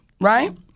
right